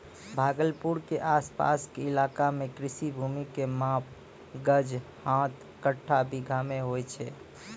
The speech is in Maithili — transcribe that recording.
भागलपुर के आस पास के इलाका मॅ कृषि भूमि के माप गज, हाथ, कट्ठा, बीघा मॅ होय छै